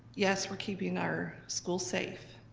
yes, we're keeping our schools safe,